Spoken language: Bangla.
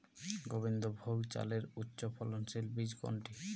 গোবিন্দভোগ চালের উচ্চফলনশীল বীজ কোনটি?